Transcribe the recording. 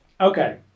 Okay